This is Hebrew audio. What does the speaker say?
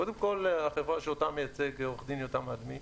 קודם כל, החברה שאותה מייצג עו"ד יותם אדמי,